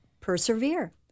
persevere